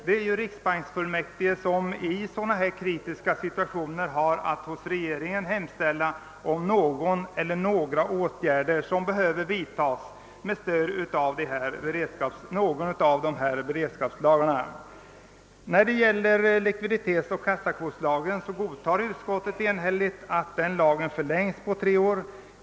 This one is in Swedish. Det är riksbanksfullmäktige som i sådana kritiska situationer har att hos regeringen hemställa om att någon eller några åtgärder vidtas med stöd av någon av dessa beredskapslagar. Utskottet godtager enhälligt att likviditetsoch kassakvotslagens giltighet förlängs med tre år.